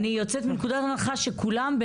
אני יוצאת מנקודת הנחה שכולם,